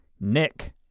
Nick